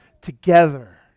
together